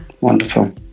wonderful